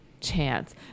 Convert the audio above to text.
chance